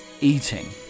eating